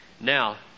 Now